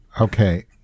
Okay